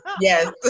Yes